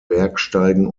bergsteigen